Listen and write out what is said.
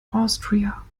austria